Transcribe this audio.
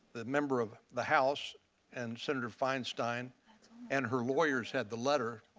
the member of the house and senator feinstein and her lawyers had the letter.